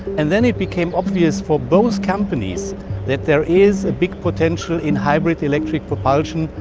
and then it became obvious for both companies that there is a big potential in hybrid electric propulsion,